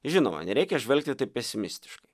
žinoma nereikia žvelgti taip pesimistiškai